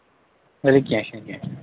ؤلِو کیٚنہہ چھُنہٕ کیٚنہہ چھُنہٕ